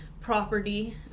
property